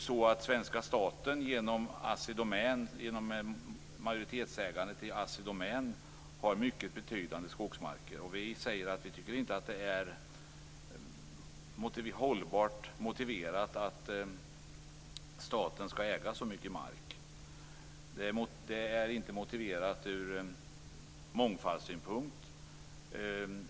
Svenska staten genom majoritetsägandet i Assi Domän har mycket betydande skogsmarker. Vi säger att vi inte tycker att det är hållbart motiverat att staten skall äga så mycket mark. Det är inte heller motiverat från mångfaldssynpunkt.